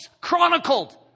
chronicled